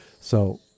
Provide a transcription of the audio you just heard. So-